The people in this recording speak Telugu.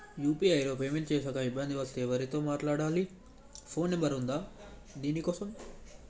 యూ.పీ.ఐ లో పేమెంట్ చేశాక ఇబ్బంది వస్తే ఎవరితో మాట్లాడాలి? ఫోన్ నంబర్ ఉందా దీనికోసం?